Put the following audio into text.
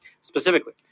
specifically